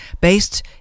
based